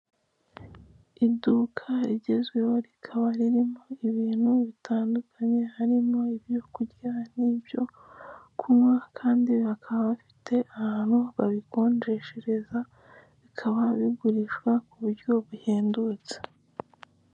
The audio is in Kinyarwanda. Iduka rigezweho rikaba ririmo ibintu bitandukanye, harimo ibyo kurya n'ibyo kunywa kandi bakaba bafite ahantu babikonjeshereza bikaba bigurishwa ku buryo buhendutse.